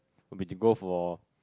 would be to go for